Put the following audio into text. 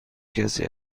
کسی